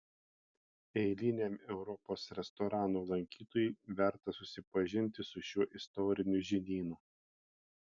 eiliniam europos restoranų lankytojui verta susipažinti su šiuo istoriniu žinynu